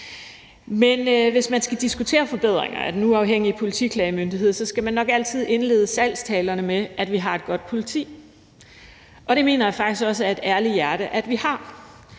Men hvis man skal diskutere forbedringer af Den Uafhængige Politiklagemyndighed, skal man nok altid indlede salgstalerne med, at vi har et godt politi. Det mener jeg faktisk også af et ærligt hjerte at vi har,